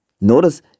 Notice